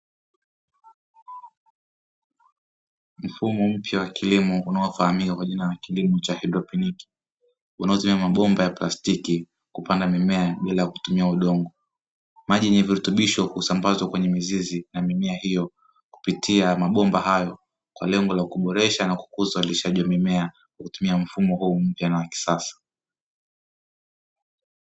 Mfumo mpya wa kilimo unaofahamika kwa jina la kilimo cha haidroponiki unaotumia mabomba ya plastiki kupanda mimea bila kutumia udongo, maji yenye virutubisho husambazwa kwenye mizizi ya mimea hiyo kupitia mabomba hayo kwa lengo la kuboresha na kukuza ulishaji wa mimea, kwa kutumia mfumo huu mpya na wa kisasa.